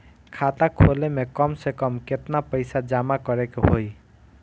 खाता खोले में कम से कम केतना पइसा जमा करे के होई?